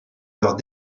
leurs